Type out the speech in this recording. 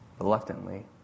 reluctantly